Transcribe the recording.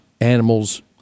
animals